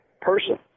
person